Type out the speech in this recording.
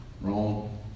Wrong